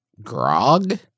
grog